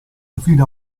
infine